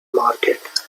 market